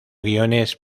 guiones